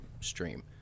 stream